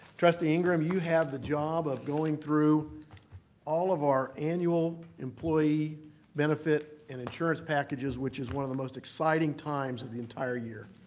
trustee ingram, you have the job of going through all of our annual employee benefit and insurance packages, which is one of the most exciting times of the entire year.